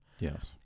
yes